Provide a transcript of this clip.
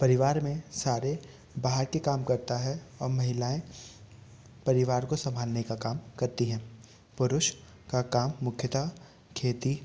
परिवार में सारे बाहर के काम करता है और महिलायें परिवार को संभालने का काम करती हैं पुरुष का काम मुख्यतः खेती